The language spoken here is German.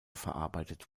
verarbeitet